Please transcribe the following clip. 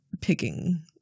picking